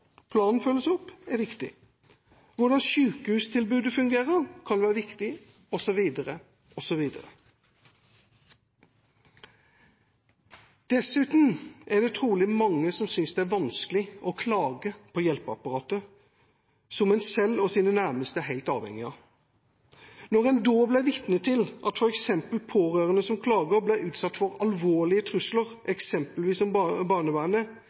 planen følges opp, er viktig. Hvordan sykehustilbudet fungerer, kan være viktig, osv. Dessuten er det trolig mange som synes det er vanskelig å klage på hjelpeapparatet som en selv og de nærmeste er helt avhengige av. Når en blir vitne til at f.eks. pårørende som klager, blir utsatt for alvorlige trusler, eksempelvis om barnevernet,